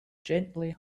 gently